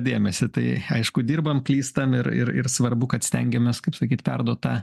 dėmesio tai aišku dirbam klystam ir ir ir svarbu kad stengiamės kaip sakyt perduot tą